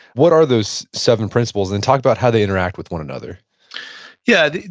what are those seven principles? and talk about how they interact with one another yeah,